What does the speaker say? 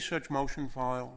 such motion file